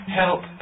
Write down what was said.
help